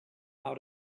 how